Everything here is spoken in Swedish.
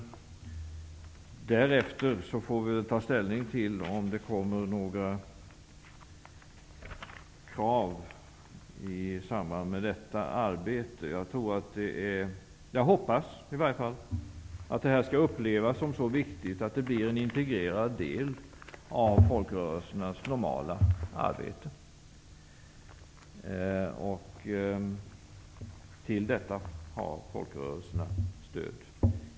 Därefter får vi ta ställning till om det kommer några krav i samband med detta arbete. Jag hoppas att det här skall upplevas som så viktigt att det blir en integrerad del av folkrörelsernas normala arbete. Till detta har folkrörelserna vårt stöd.